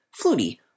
Flutie